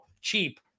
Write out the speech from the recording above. cheap